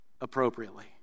appropriately